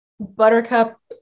Buttercup